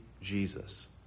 Jesus